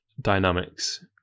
dynamics